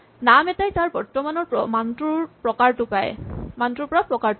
নাম এটাই তাৰ বৰ্তমানৰ মানটোৰ পৰা প্ৰকাৰটো পায়